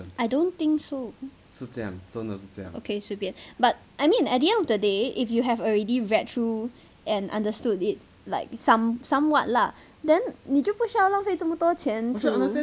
I don't think so okay 随便 but I mean at the end of the day if you have already read through and understood it like somewhat lah then you 就不需要浪费这么多钱 to